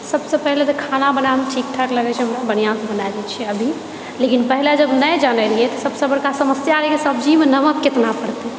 सबसँ पहिले तऽ खाना बनाबैमे ठीकठाक लागैत छै हमरा बढ़िआँसँ बनाए लै छियै अभी लेकिन पहिले जब नहि जानय रहियै तऽ सबसँ बड़का समस्या रहै कि सब्जीमे नमक केतना पड़तै